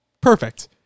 Perfect